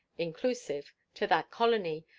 inclusive, to that colony,